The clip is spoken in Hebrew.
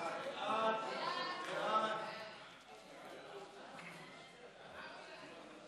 ההצעה להעביר את הצעת חוק הרשויות המקומיות